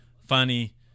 Funny